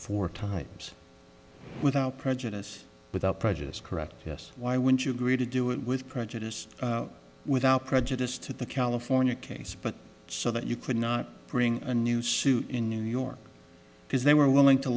for times without prejudice without prejudice correct yes why would you agree to do it with prejudiced without prejudice to the california case but so that you could not bring a new suit in new york because they were willing to